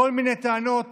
כל מיני טענות